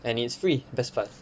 and it's free best part